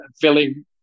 feeling